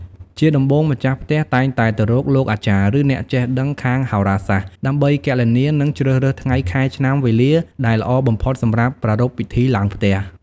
ជាដំបូង ម្ចាស់ផ្ទះតែងតែទៅរកលោកអាចារ្យ ឬអ្នកចេះដឹងខាងហោរាសាស្ត្រ ដើម្បីគណនា និងជ្រើសរើសថ្ងៃ ខែ ឆ្នាំ វេលា ដែលល្អបំផុតសម្រាប់ប្រារព្ធពិធីឡើងផ្ទះ។